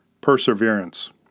perseverance